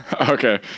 Okay